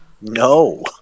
No